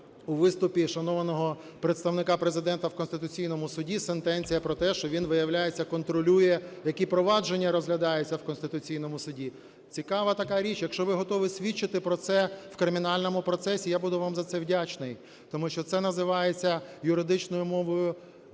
у виступі шанованого представника Президента в Конституційному Суді сентенція про те, що він, виявляється, контролює, які провадження розглядаються в Конституційному Суді, цікава така річ. Якщо ви готові свідчити про це в кримінальному процесі, я буду вам за це вдячний, тому що це називається юридичною мовою